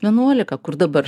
vienuolika kur dabar